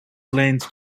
lands